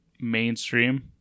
mainstream